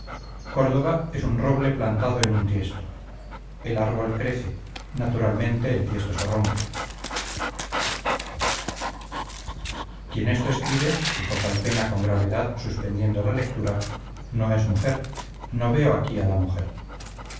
córdova es un roble plantado en un tiesto el árbol crece naturalmente el tiesto se rompe quien esto escribe dijo calpena con gravedad suspendiendo la lectura no es mujer no veo aquí a la mujer